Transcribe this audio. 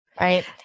Right